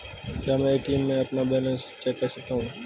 क्या मैं ए.टी.एम में अपना बैलेंस चेक कर सकता हूँ?